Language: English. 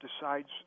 decides